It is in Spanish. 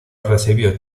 recibió